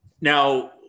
Now